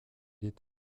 est